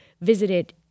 visited